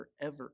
forever